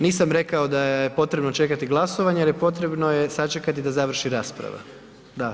Nisam rekao da je potrebno čekati glasovanje jer je potrebno je sačekati da završi rasprava. da.